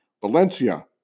Valencia